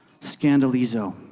scandalizo